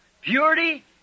purity